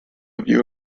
view